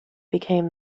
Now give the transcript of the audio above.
become